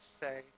say